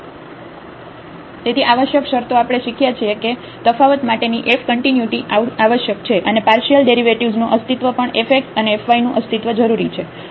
zaxbΔy1x2y તેથી આવશ્યક શરતો આપણે શીખ્યા છે કે તફાવત માટે ની f કન્ટિન્યુટી આવશ્યક છે અને પાર્શિયલ પાર્શિયલ ડેરિવેટિવ્ઝનું અસ્તિત્વ પણ fx અને fy નું અસ્તિત્વ જરૂરી છે